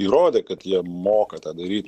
įrodė kad jie moka tą daryt